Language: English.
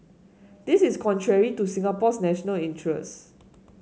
this is contrary to Singapore's national interest